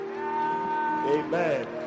Amen